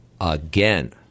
again